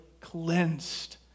cleansed